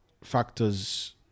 factors